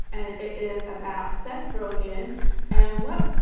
and it is about seth rogen and what